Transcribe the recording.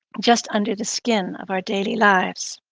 just under the skin of our daily lives.